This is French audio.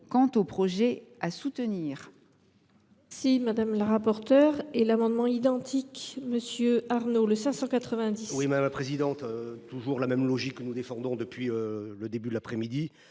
quant aux projets à soutenir.